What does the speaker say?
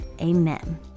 Amen